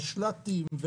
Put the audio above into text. המשל"טים,